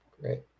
Great